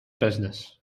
business